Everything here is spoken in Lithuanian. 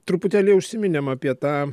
truputėlį užsiminėm apie tą